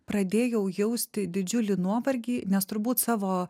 pradėjau jausti didžiulį nuovargį nes turbūt savo